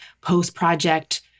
post-project